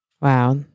Wow